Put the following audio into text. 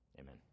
Amen